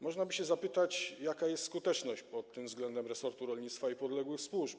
Można by zapytać, jaka jest skuteczność pod tym względem resortu rolnictwa i podległych mu służb.